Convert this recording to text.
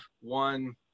one